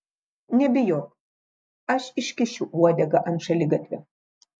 nebijok aš iškišiu uodegą ant šaligatvio